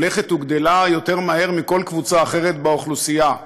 הולכת וגדלה יותר מהר מכל קבוצה אחרת באוכלוסייה.